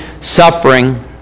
suffering